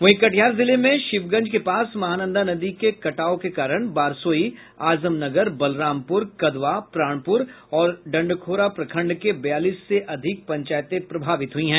वहीं कटिहार जिले में शिवगंज के पास महानंदा नदी के कटाव के कारण बारसोई आजमनगर बलरामपुर कदवा प्राणपुर और डंडखोरा प्रखंड के बयालीस से अधिक पंचायतें प्रभावित हुई हैं